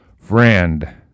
friend